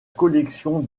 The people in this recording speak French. collection